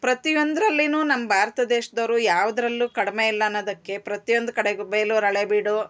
ಪ್ರತಿಯೊಂದ್ರಲ್ಲಿ ನಮ್ಮ ಭಾರತ ದೇಶದವ್ರು ಯಾವುದ್ರಲ್ಲೂ ಕಡಿಮೆ ಇಲ್ಲ ಅನ್ನೋದಕ್ಕೆ ಪ್ರತಿಯೊಂದು ಕಡೆಗು ಬೇಲೂರು ಹಳೇಬೀಡು